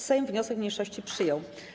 Sejm wniosek mniejszości przyjął.